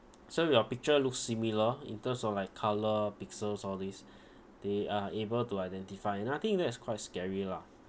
so if your picture looks similar in terms of like colour pixels all these they are able to identify and I think that's quite scary lah